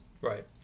Right